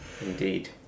indeed